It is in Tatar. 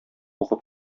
укып